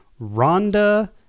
Rhonda